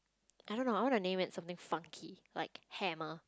I don't know I want to name it something funky like hammer